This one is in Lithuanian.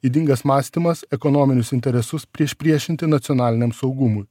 ydingas mąstymas ekonominius interesus priešpriešinti nacionaliniam saugumui